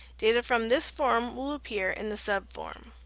data from this form will appear in the subform.